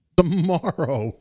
Tomorrow